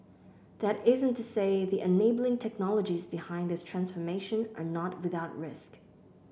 that isn't to say the enabling technologies behind this transformation are not without risk